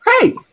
Hey